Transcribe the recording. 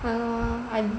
!hannor! I